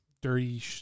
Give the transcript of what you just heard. dirty